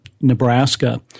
Nebraska